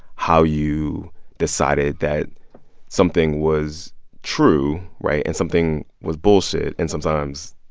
how you decided that something was true, right? and something was bullshit and sometimes,